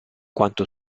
quanto